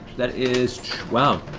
that is wow,